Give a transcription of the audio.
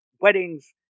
weddings